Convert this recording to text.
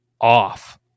off